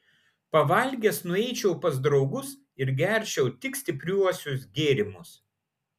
pavalgęs nueičiau pas draugus ir gerčiau tik stipriuosius gėrimus